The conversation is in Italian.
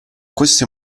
queste